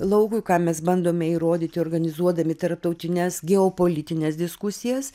laukui ką mes bandome įrodyti organizuodami tarptautines geopolitines diskusijas